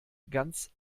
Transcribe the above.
ganz